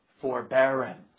forbearance